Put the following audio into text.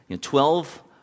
Twelve